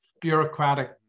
bureaucratic